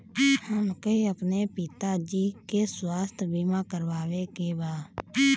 हमके अपने पिता जी के स्वास्थ्य बीमा करवावे के बा?